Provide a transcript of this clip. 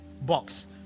box